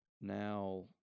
Now